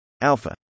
alpha